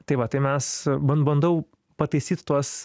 tai va tai mes ban bandau pataisyt tuos